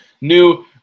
new